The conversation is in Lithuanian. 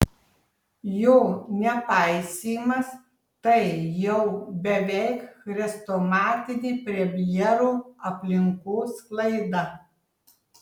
jo nepaisymas tai jau beveik chrestomatinė premjero aplinkos klaida